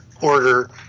order